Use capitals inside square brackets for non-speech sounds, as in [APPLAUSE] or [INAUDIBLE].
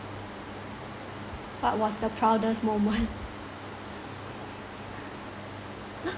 what was the proudest moment [LAUGHS]